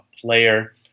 player